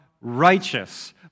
righteous